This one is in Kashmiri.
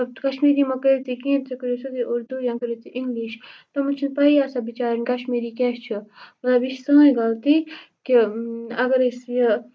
کشمیری مہ کٔرِو تُہی کِہیٖنۍ تُہۍ کٔرِو سیودُے اردوٗ یا کٔرِو تُہۍ اِنگلِش تِمَن چھَنہٕ پَیی آسان بِچارٮ۪ن کشمیری کیاہ چھُ مطلب یہِ چھِ سٲنۍ غلطی کہِ اگر أسۍ یہِ